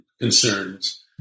concerns